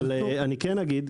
אבל אני כן אגיד,